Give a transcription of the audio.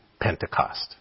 Pentecost